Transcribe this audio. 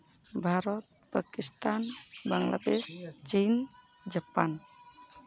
ᱵᱷᱟᱨᱚᱛ ᱯᱟᱠᱤᱥᱛᱷᱟᱱ ᱵᱟᱝᱞᱟᱫᱮᱥ ᱪᱤᱱ ᱡᱟᱯᱟᱱ